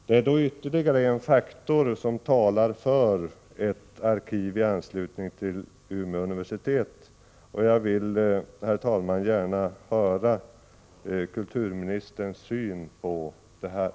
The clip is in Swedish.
Det är då ytterligare en faktor som talar för ett arkiv i anslutning till Umeå universitet. Jag vill, herr talman, gärna höra kulturministerns syn på detta.